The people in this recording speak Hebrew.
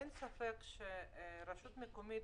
אין ספק שהרשות המקומית,